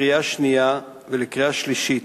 לקריאה שנייה ולקריאה שלישית,